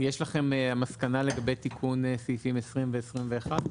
יש לכם מסקנה לגבי תיקון סעיפים 20 ו-21?